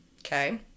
Okay